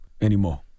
anymore